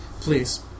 Please